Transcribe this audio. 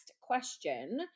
question